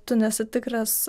tu nesi tikras